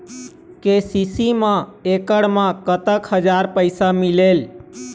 KCC मा एकड़ मा कतक हजार पैसा मिलेल?